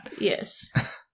Yes